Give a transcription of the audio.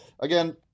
again